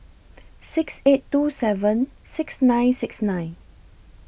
six eight two seven six nine six nine